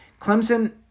Clemson